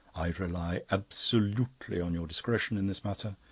i rely absolutely on your discretion in this matter.